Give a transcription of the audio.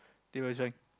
they will join